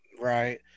Right